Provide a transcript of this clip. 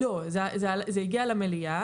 זה הגיע למליאה.